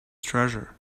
treasure